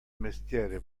mestiere